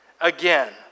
again